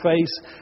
face